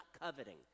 coveting